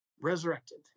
resurrected